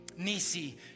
Nisi